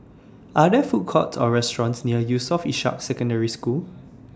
Are There Food Courts Or restaurants near Yusof Ishak Secondary School